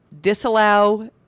disallow